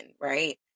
right